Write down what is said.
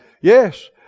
Yes